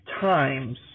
times